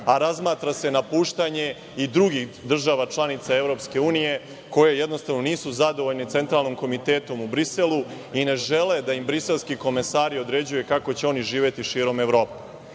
a razmatra se napuštanje i drugih država članica Evropske unije, koje jednostavno nisu zadovoljne Centralnim komitetom u Briselu i ne žele da im briselski komesari određuju kako će oni živeti širom Evrope. Moram